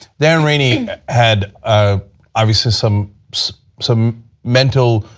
darren rainey had ah obviously some some mental